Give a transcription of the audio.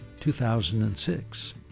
2006